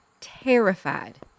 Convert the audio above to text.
terrified